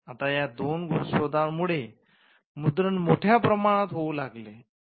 आता या दोन शोधांमुळे मुद्रण मोठ्या प्रमाणात होऊ लागले होते